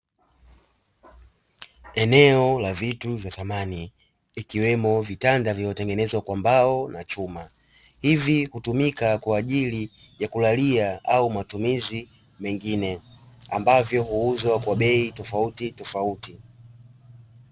Eneo la vitu vya samani ikiwemo vitanda vinavyotengenezwa kwa mbao na chuma, hivi hutumika kwa ajili ya kulalia au matumizi mengine ambavyo huuzwa kwa bei tofautitofauti.